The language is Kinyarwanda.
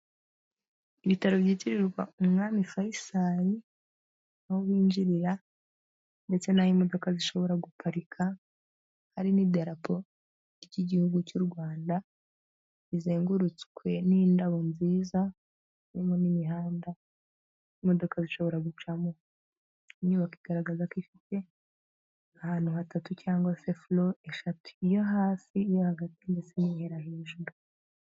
Ibitaro byitirirwa umwami Faisal, aho binjirira ndetse n'aho imodoka zishobora guparika, hari n'idarapo ry'igihugu cy'u Rwanda, rizengurutswe n'indabo nziza, harimo n'imihanda imodoka zishobora gucamo, inyubako igaragaza ko ifite ahantu hatatu, cyangwa se floor eshatu, iyo hasi, iyo hagati ndetse n'ihera hejuru.